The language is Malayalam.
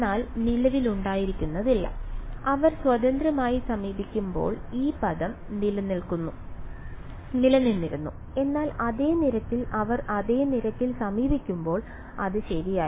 എന്നാൽ നിലവിലുണ്ടായിരുന്നത് അവർ സ്വതന്ത്രമായി സമീപിക്കുമ്പോൾ ഈ പദം നിലനിന്നിരുന്നു എന്നാൽ അതേ നിരക്കിൽ അവർ അതേ നിരക്കിൽ സമീപിക്കുമ്പോൾ അത് ശരിയായിരുന്നു